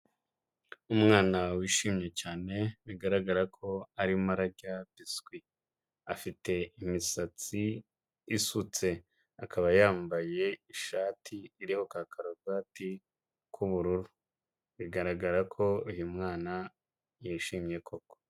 Umwana wishimye cyane, bigaragara ko arimo ararya biswi, afite imisatsi isutse, akaba yambaye ishati iriho ka karuvati k'ubururu, bigaragara ko uyu mwana yishimye koko.